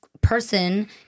person